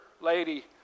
lady